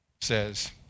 says